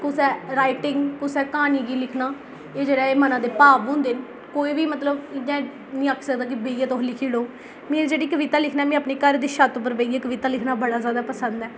कुसै राइटिंग कुसै क्हानी गी लिखना एह् जेह्ड़ा ऐ मनै दे भाव होंदे न कोई बी मतलब इ'यां नेईं आक्खी सकदा कि बेहियै तुस लिखी ओड़ो मिगी जेह्ड़ी कविता लिखना अपने घर दी छत उप्पर बेहियै कविता लिखना बड़ा जैदा पसंद ऐ ते